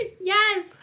Yes